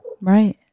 Right